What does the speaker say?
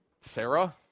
Sarah